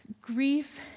Grief